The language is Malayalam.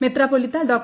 മെത്രാപ്പൊലീത്ത ഡോ